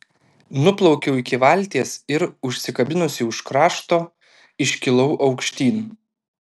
nuplaukiau iki valties ir užsikabinusi už krašto iškilau aukštyn